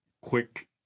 quick